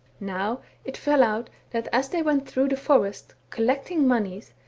now it fell out that as they went through the forest, collecting monies,